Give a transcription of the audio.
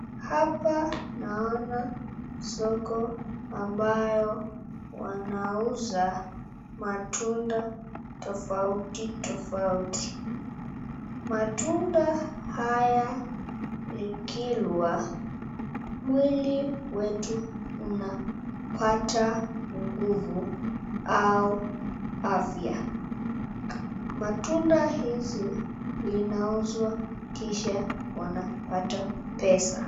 Hapa naona soko ambayo wanauza matunda tofauti tofauti. Matunda haya likilwa mwili wetu unapata nguvu au afya. Matunda hizi linauzwa kisha wanapata pesa.